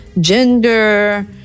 Gender